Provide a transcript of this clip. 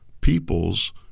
people's